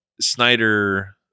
Snyder